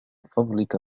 فضلك